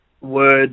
Words